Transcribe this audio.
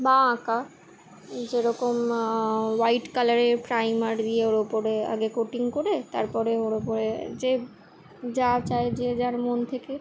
বা আঁকা যেরকম হোয়াইট কালারের প্রাইমার দিয়ে ওর ওপরে আগে কোটিং করে তারপরে ওর ওপরে যে যা চায় যে যার মন থেকে